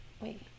Wait